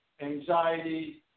anxiety